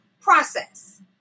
process